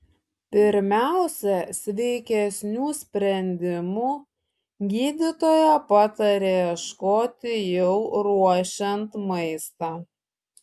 pirmiausia sveikesnių sprendimų gydytoja pataria ieškoti jau ruošiant maistą